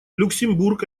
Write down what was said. люксембург